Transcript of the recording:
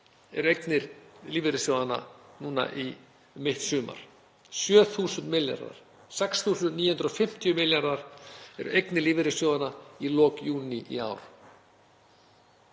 voru eignir lífeyrissjóðanna núna um mitt sumar, 7.000 milljarðar. 6.950 milljarðar voru eignir lífeyrissjóðanna í lok júní í ár.